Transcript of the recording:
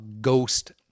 ghost